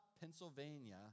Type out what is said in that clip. Pennsylvania